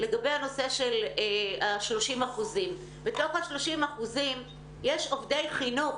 לגבי הנושא של 30%. בתוך ה-30% יש עובדי חינוך,